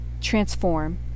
transform